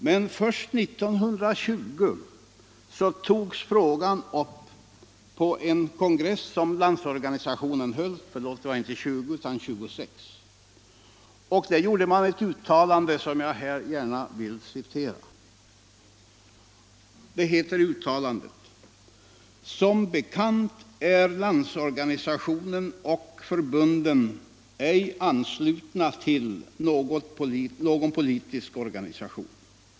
Men först 1926 togs frågan upp på en kongress som Landsorganisationen höll, och där gjorde man ett uttalande som jag här gärna vill citera: ”Som bekant är Landsorganisationen och förbunden ej anslutna till någon politisk organisation.